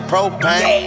Propane